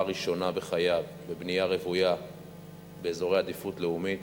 ראשונה בחייו בבנייה רוויה באזורי עדיפות לאומית,